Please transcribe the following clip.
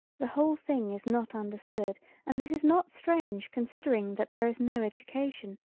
the whole thing is not understood and this is not strange considering that there is no education,